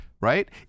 right